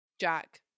Jack